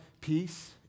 peace